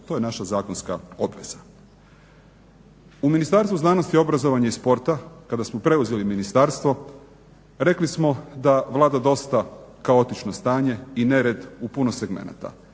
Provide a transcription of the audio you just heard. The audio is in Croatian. To je naša zakonska obveza. U Ministarstvu znanosti, obrazovanja i sporta kada smo preuzeli ministarstvo rekli smo da vlada dosta kaotično stanje i nered u puno segmenata.